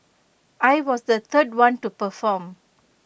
I was the third one to perform